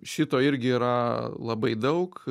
šito irgi yra labai daug